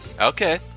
Okay